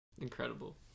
Incredible